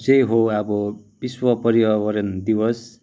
चाहिँ हो अब विश्व पर्यावरण दिवस